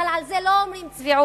אבל על זה לא אומרים צביעות,